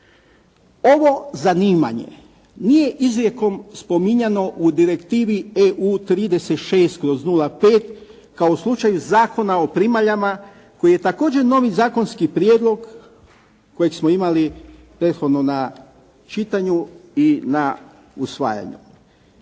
Ovo zanimanje nije izrijekom spominjano u Direktivi EU 36/05 kao u slučaju Zakona o primaljama koji je također novi zakonski prijedlog kojeg smo imali prethodno na čitanju i na usvajanju.